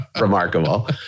remarkable